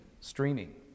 streaming